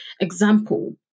example